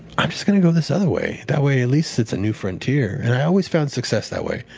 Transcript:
i'm just going to go this other way. that way, at least it's a new frontier. and i always found success that way.